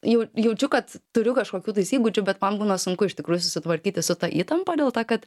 jau jaučiu kad turiu kažkokių tais įgūdžių bet man būna sunku iš tikrųjų susitvarkyti su ta įtampa dėl to kad